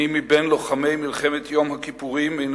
מי מבין לוחמי מלחמת יום הכיפורים אינו